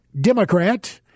Democrat